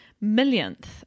millionth